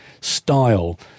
style